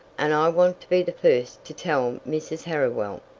and i want to be the first to tell mrs. harriwell.